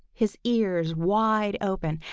his ears wide open,